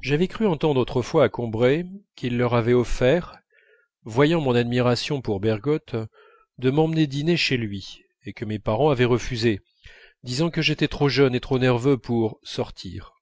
j'avais cru entendre autrefois à combray qu'il leur avait offert voyant mon admiration pour bergotte de m'emmener dîner chez lui et que mes parents avaient refusé disant que j'étais trop jeune et trop nerveux pour sortir